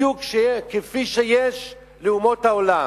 בדיוק כפי שיש לאומות העולם,